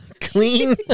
Clean